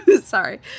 sorry